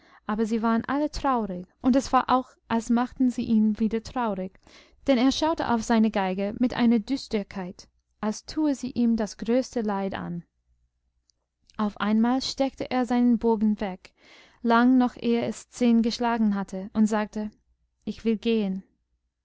aber sie waren alle traurig und es war auch als machten sie ihn wieder traurig denn er schaute auf seine geige mit einer düsterkeit als tue sie ihm das größte leid an auf einmal steckte er seinen bogen weg lang noch ehe es zehn geschlagen hatte und sagte ich will gehen